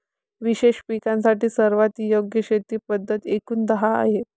विशेष पिकांसाठी सर्वात योग्य शेती पद्धती एकूण दहा आहेत